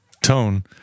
tone